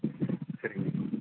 சரிங்க